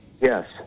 Yes